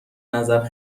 نظر